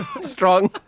Strong